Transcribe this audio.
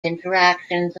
interactions